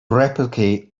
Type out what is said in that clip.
replicate